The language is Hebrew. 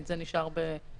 והוא ישב בחמ"ל?